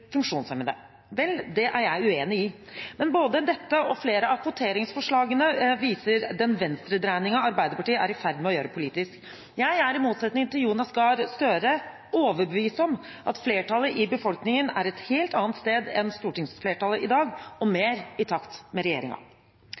det er jeg uenig i. Men både dette og flere av kvoteringsforslagene viser den venstredreiningen Arbeiderpartiet er i ferd med å gjøre politisk. Jeg er, i motsetning til Jonas Gahr Støre, overbevist om at flertallet i befolkningen er et helt annet sted enn stortingsflertallet i dag, og mer i takt med